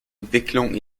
entwicklung